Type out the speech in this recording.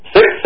Six